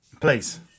Please